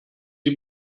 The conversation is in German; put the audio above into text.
sie